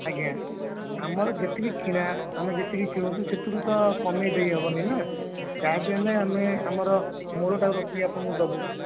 ଆଜ୍ଞା ଆମର ଯେତିକି କିଣା ଆମେ ଯେତିକି କିଣୁଛୁ ସେତିରୁ ତ ଆଉ କମେଇ ଦେଇ ହେବନି ନା ଯାହାବି ହେଲେ ଆମର ମୂଳଟାକୁ ରଖିକି ଆପଣଙ୍କୁ ଦେବୁ